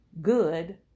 good